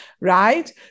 right